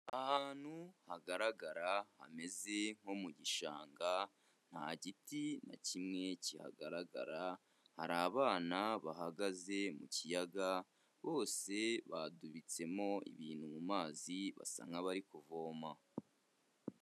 Ahantu hagaragara hameze nko mu gishanga, nta giti na kimwe kihagaragara, hari abana bahagaze mu kiyaga, bose badubitsemo ibintu mu mazi basa nk'abari kuvoma.